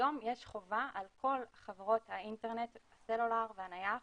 היום יש חובה על כל חברות האינטרנט הסלולר והנייח